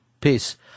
Peace